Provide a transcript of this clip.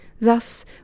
Thus